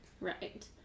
Right